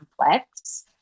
complex